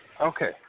Okay